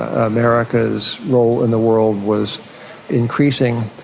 ah america's role in the world was increasing,